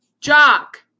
Jock